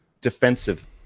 defensive